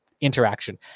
interaction